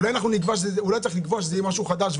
אולי צריך לקבוע שזה יהיה משהו חדש,